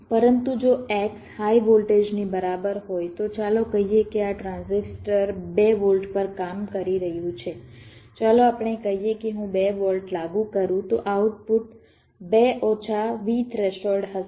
પરંતુ જો X high વોલ્ટેજની બરાબર હોય તો ચાલો કહીએ કે આ ટ્રાન્ઝિસ્ટર 2 વોલ્ટ પર કામ કરી રહ્યું છે ચાલો આપણે કહીએ કે હું 2 વોલ્ટ લાગુ કરું તો આઉટપુટ 2 ઓછા V થ્રેશોલ્ડ હશે